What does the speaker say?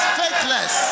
faithless